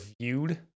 viewed